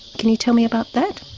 can you tell me about that?